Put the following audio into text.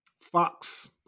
Fox